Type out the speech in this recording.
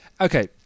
Okay